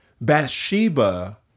Bathsheba